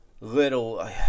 Little